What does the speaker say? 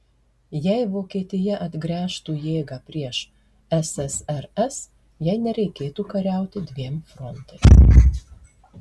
jei vokietija atgręžtų jėgą prieš ssrs jai nereikėtų kariauti dviem frontais